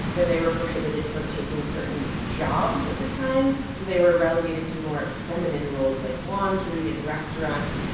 then they were prohibited from taking certain jobs at the time. so they were relegated to more feminine roles like laundry and restaurants,